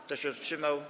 Kto się wstrzymał?